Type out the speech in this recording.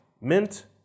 mint